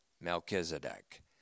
Melchizedek